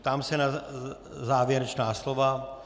Ptám se na závěrečná slova.